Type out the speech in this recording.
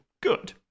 good